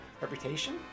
reputation